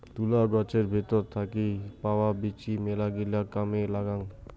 তুলা গছের ভেতর থাকি পাওয়া বীচি মেলাগিলা কামে লাগাং